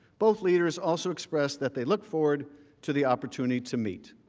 both leaders also expressed that they look forward to the opportunity to meet.